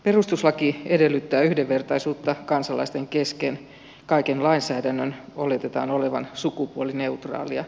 perustuslaki edellyttää yhdenvertaisuutta kansalaisten kesken kaiken lainsäädännön oletetaan olevan sukupuolineutraalia